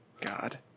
god